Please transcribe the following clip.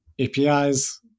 APIs